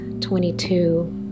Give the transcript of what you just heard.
twenty-two